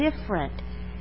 different